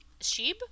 Sheeb